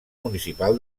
municipal